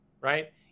right